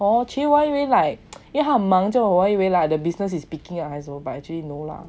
oh !chey! 我还以为 like 因为他很忙的 business is picking up 还是什么 but actually no lah